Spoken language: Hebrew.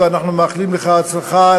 ואנחנו מאחלים לך הצלחה,